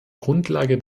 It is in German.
grundlage